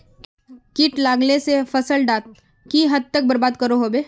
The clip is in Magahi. किट लगाले से फसल डाक किस हद तक बर्बाद करो होबे?